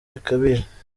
bikabije